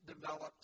developed